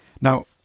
Now